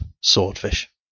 swordfish